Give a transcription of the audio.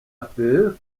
peu